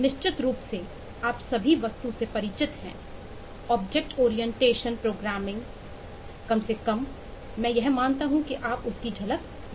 निश्चित रूप से आप सभी वस्तु से परिचित हैं ऑब्जेक्ट ओरिएंटेसन प्रोग्रामिंग कम से कम मैं यह मानता हूं कि आप उस की झलक जानते हैं